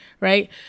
Right